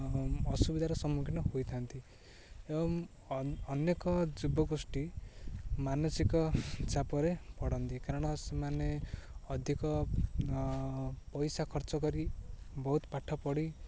ଅସୁବିଧାର ସମ୍ମୁଖୀନ ହୋଇଥାନ୍ତି ଏବଂ ଅନେକ ଯୁବଗୋଷ୍ଠୀ ମାନସିକ ଚାପରେ ପଡ଼ନ୍ତି କାରଣ ସେମାନେ ଅଧିକ ପଇସା ଖର୍ଚ୍ଚ କରି ବହୁତ ପାଠ ପଢ଼ି